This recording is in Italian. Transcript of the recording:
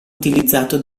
utilizzato